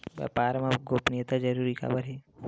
व्यापार मा गोपनीयता जरूरी काबर हे?